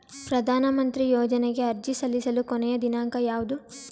ಪ್ರಧಾನ ಮಂತ್ರಿ ಯೋಜನೆಗೆ ಅರ್ಜಿ ಸಲ್ಲಿಸಲು ಕೊನೆಯ ದಿನಾಂಕ ಯಾವದು?